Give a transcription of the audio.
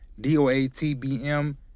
D-O-A-T-B-M